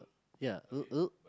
ya